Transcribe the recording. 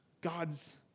God's